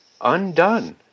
Undone